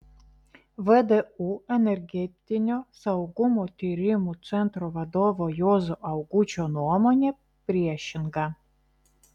vdu energetinio saugumo tyrimų centro vadovo juozo augučio nuomonė priešinga